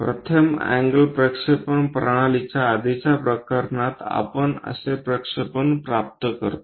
प्रथम अँगल प्रक्षेपण प्रणालीचा आधीच्या प्रकरणात आपण असे प्रक्षेपण प्राप्त करतो